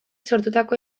sortutako